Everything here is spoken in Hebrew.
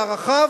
בערכיו,